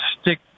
stick